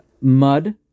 mud